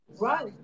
Right